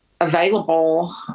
available